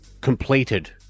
completed